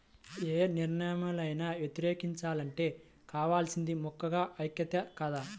యే నిర్ణయాన్నైనా వ్యతిరేకించాలంటే కావాల్సింది ముక్కెంగా ఐక్యతే కదా